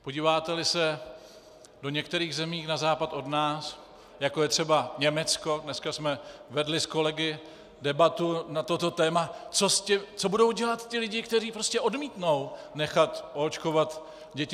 Podíváteli se do některých zemí na západ od nás, jako je třeba Německo dneska jsme vedli s kolegy debatu na toto téma, co budou dělat ti lidé, kteří prostě odmítnou nechat oočkovat děti.